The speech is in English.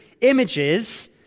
images